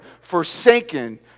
forsaken